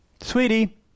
Sweetie